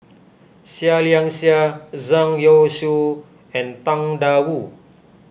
Seah Liang Seah Zhang Youshuo and Tang Da Wu